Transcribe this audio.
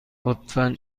لطفا